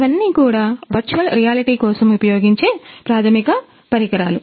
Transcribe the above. ఇవన్నీ కూడా virtual reality కోసం ఉపయోగించే ప్రాథమిక పరికరాలు